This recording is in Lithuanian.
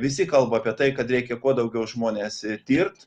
visi kalba apie tai kad reikia kuo daugiau žmones tirt